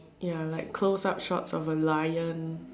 ya like close up shots of a lion